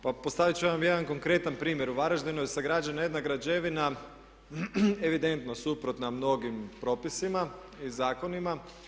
Pa postaviti ću vam jedan konkretan primjer, u Varaždinu je sagrađena jedna građevina evidentno suprotna mnogim propisima i zakonima.